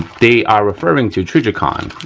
they are referring to trijicon,